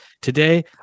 Today